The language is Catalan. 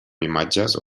imatges